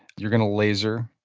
you're going to laser.